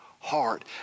heart